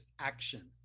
action